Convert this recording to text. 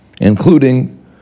including